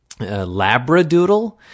labradoodle